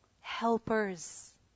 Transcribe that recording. Helpers